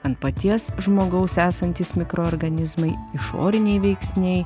ant paties žmogaus esantys mikroorganizmai išoriniai veiksniai